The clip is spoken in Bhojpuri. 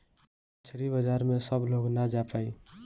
मछरी बाजार में सब लोग ना जा पाई